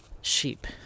sheep